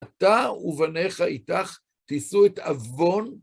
אתה ובנייך איתך תשאו את עוון.